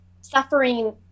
suffering